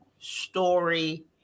story